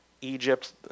Egypt